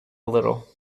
little